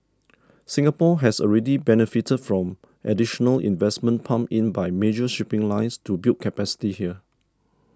Singapore has already benefited from additional investments pumped in by major shipping lines to build capacity here